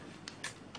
בבקשה.